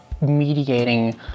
mediating